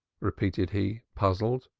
repeated he, puzzled.